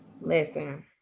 Listen